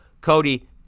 cody